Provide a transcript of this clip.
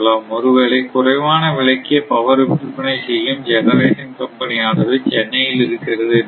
ஒருவேளை குறைவான விலைக்கே பவர் விற்பனை செய்யும் ஜெனரேஷன் கம்பெனி ஆனது சென்னையில் இருக்கிறது என்போம்